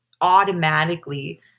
automatically